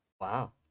Wow